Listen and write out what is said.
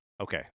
okay